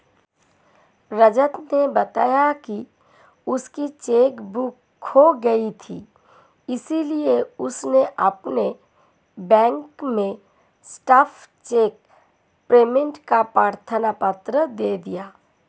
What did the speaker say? रजत ने बताया की उसकी चेक बुक खो गयी थी इसीलिए उसने अपने बैंक में स्टॉप चेक पेमेंट का प्रार्थना पत्र दे दिया